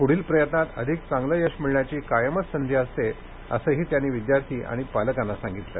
पुढील प्रयत्नात अधिक चांगलं यश मिळण्याची कायमच संधी असते असंही त्यांनी विद्यार्थी आणि पालकांना सांगितलं